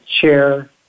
chair